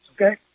okay